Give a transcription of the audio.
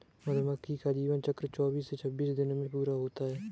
मधुमक्खी का जीवन चक्र चौबीस से छब्बीस दिनों में पूरा होता है